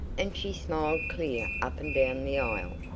and she smiled clear up and down the aisle.